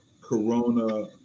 Corona